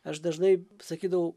aš dažnai sakydavau